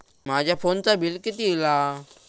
माझ्या फोनचा बिल किती इला?